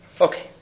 Okay